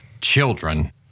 children